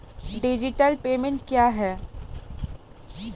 Digital payment क्या हैं?